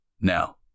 now